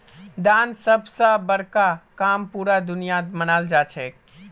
दान सब स बड़का काम पूरा दुनियात मनाल जाछेक